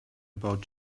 about